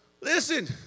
Listen